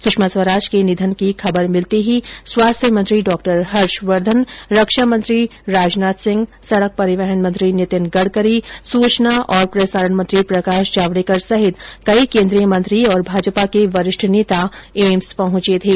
सुषमा स्वराज के निधन की खबर मिलते ही स्वास्थ्य मंत्री डॉ हर्षवर्द्वन रक्षा मंत्री राजनाथ सिंह सड़क परिवहन मंत्री नितिन गडकरी सूचना और प्रसारण मंत्री प्रकाश जावडेकर सहित कई केन्द्रीय मंत्री और भाजपा के वरिष्ठ नेता एम्स पहुंचे थे